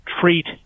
treat